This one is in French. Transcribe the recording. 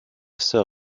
sœur